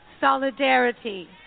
solidarity